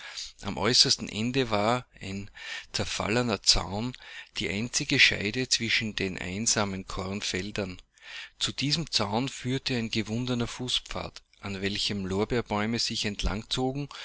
am äußersten ende war ein zerfallener zaun die einzige scheide zwischen den einsamen kornfeldern zu diesem zaun führte ein gewundener fußpfad an welchem lorbeerbäume sich entlang zogen